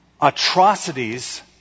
atrocities